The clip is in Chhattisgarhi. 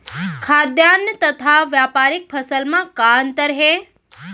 खाद्यान्न तथा व्यापारिक फसल मा का अंतर हे?